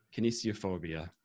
kinesiophobia